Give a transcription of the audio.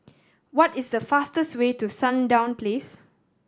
what is the fastest way to Sandown Place